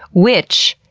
which,